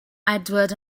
edward